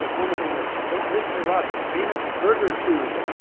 like one of them was don't miss herat's famous burger tube!